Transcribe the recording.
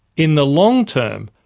in the long term,